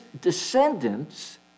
descendants